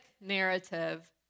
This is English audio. narrative